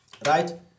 right